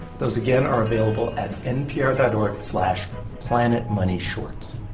those, again, are available at npr dot org slash planetmoneyshorts.